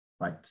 right